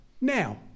now